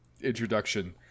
introduction